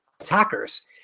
attackers